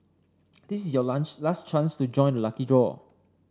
this is your last last chance to join the lucky draw